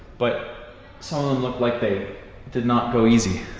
but some of them look like they did not go easy.